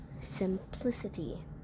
Simplicity